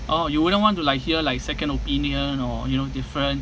ah you wouldn't want to like hear like second opinion or you know different